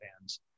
fans